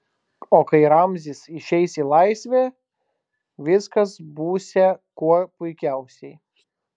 o kai ramzis išeis į laisvę viskas būsią kuo puikiausiai